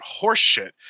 horseshit